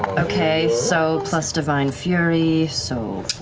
okay, so plus divine fury, so.